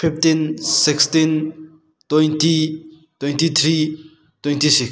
fifteen sixteen twenty twenty three twenty six